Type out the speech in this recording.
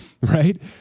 right